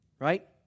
Right